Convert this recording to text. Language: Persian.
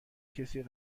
کسی